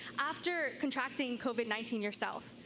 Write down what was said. after contracting covid nineteen yourself,